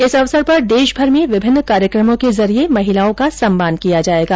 इस अवसर पर देशभर में विभिन्न कार्यक्रमों के जरिये महिलाओं का सम्मान किया जायेगा